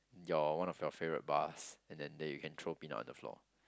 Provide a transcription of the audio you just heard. your one of your favourite bars and then there you can throw peanut on the floor